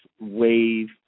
wave